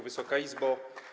Wysoka Izbo!